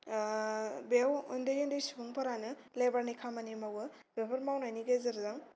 बेयाव उन्दै उन्दै सुबुंफोरानो लेबारनि खामानि मावो बेफोर मावनायनि गेजेरजों